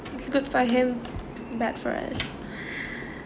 it's good for him bad for us